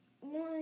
one